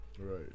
Right